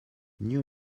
new